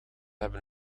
hebben